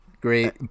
Great